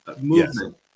movement